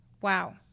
Wow